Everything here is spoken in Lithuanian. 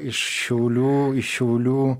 iš šiaulių iš šiaulių